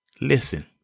Listen